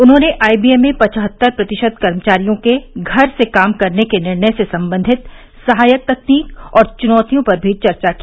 उन्होंने आईबीएम में पचहत्तर प्रतिशत कर्मचारियों के घर से काम करने के निर्णय से संबंधित सहायक तकनीक और चुनौतियों पर भी चर्चा की